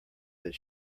that